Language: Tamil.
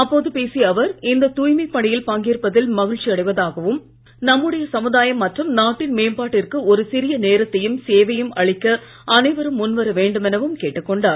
அப்போது பேசிய அவர் இந்த தூய்மைப் பணியில் பங்கேற்பதில் மகிழ்ச்சி அடைவதாகவும் நம்முடைய சமுதாயம் மற்றும் நாட்டின் மேம்பாட்டிற்கு ஒரு சிறிய நேரத்தையும் சேவையும் அளிக்க அனைவரும் முன் வர வேண்டும் எனவும் கேட்டுக் கொண்டார்